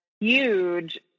huge